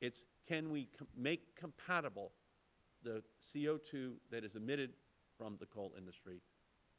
it is, can we make compatible the c o two that is emitted from the coal industry